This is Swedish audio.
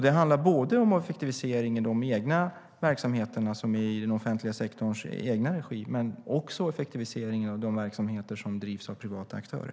Det handlar om effektivisering i de egna verksamheterna, som är i den offentliga sektorns egen regi, men också om effektivisering i de verksamheter som drivs av privata aktörer.